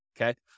Okay